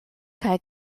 kaj